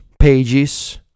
Pages